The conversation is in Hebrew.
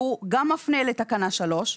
שהוא גם מפנה לתקנה 3,